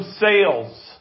sales